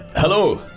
hello.